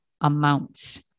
amounts